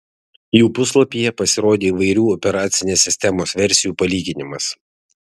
jų puslapyje pasirodė įvairių operacinės sistemos versijų palyginimas